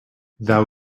thou